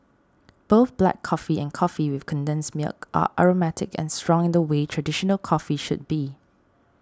both black coffee and coffee with condensed milk are aromatic and strong in the way traditional coffee should be